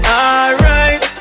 alright